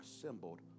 assembled